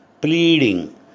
pleading